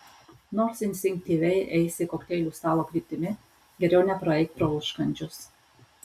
nors instinktyviai eisi kokteilių stalo kryptimi geriau nepraeik pro užkandžius